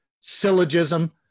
syllogism